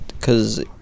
Cause